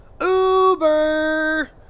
Uber